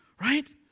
right